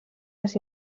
les